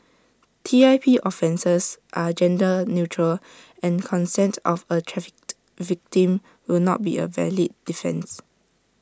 T I P offences are gender neutral and consent of A trafficked victim will not be A valid defence